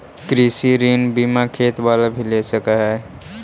कृषि ऋण बिना खेत बाला भी ले सक है?